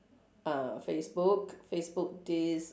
ah facebook facebook this